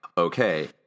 okay